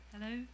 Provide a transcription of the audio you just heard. Hello